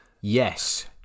yes